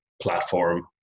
platform